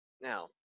Now